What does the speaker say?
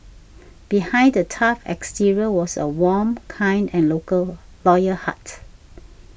behind the tough exterior was a warm kind and loyal heart